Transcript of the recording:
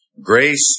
Grace